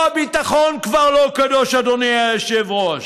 אפילו הביטחון כבר לא קדוש, אדוני היושב-ראש.